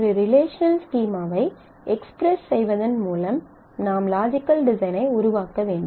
ஒரு ரிலேஷனல் ஸ்கீமாவை எக்ஸ்பிரஸ் செய்வதன் மூலம் நாம் லாஜிக்கல் டிசைனை உருவாக்க வேண்டும்